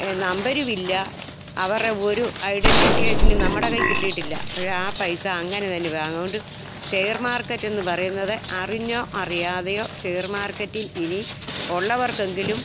നമ്പരും ഇല്ല അവരുടെ ഒരു ഐഡൻറ്റിക്കേഷനും നമ്മുടെ കയ്യിൽ കിട്ടിയിട്ടില്ല അപ്പോള് ആ പൈസ അങ്ങനെതന്നെ പോയി അതുകൊണ്ട് ഷെയർ മാർക്കറ്റെന്നു പറയുന്നത് അറിഞ്ഞോ അറിയാതെയോ ഷെയർ മാർക്കറ്റിൽ ഇനി ഉള്ളവർക്കെങ്കിലും